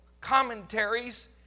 commentaries